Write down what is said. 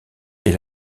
est